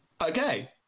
Okay